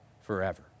forever